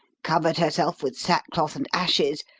covered herself with sackcloth and ashes,